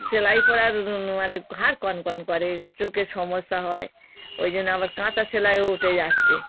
সেলাই করার মানে ঘাড় কন কন করে চোখের সমস্যা হয় ওই জন্য আবার কাঁথা সেলাইও উঠে যাচ্ছে